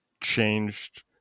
changed